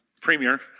Premier